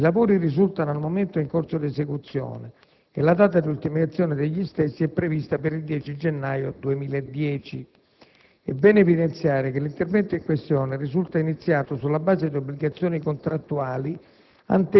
I lavori risultano al momento in corso di esecuzione e la data di ultimazione degli stessi è prevista per il 10 gennaio 2010. E' bene evidenziare che l'intervento in questione risulta iniziato sulla base di obbligazioni contrattuali